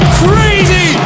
crazy